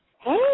hey